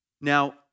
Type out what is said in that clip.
Now